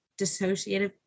dissociative